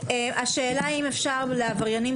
האם אפשר להרחיק לעונה שלימה עבריינים